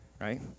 right